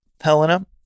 Helena